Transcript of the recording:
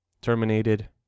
terminated